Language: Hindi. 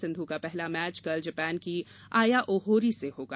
सिंधू का पहला मैच कल जापान की आया ओहोरी से होगा